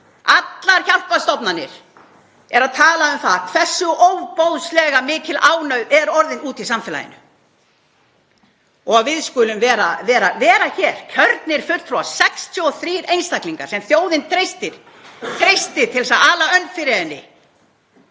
Allar hjálparstofnanir eru að tala um það hversu ofboðslega mikil ánauðin er orðin úti í samfélaginu. Það að við skulum vera hér, kjörnir fulltrúar, 63 einstaklingar sem þjóðin treystir til að ala önn fyrir henni,